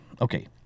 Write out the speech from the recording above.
okay